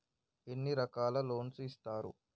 ఎన్ని రకాల లోన్స్ ఇస్తరు?